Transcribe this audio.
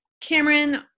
Cameron